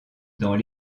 dans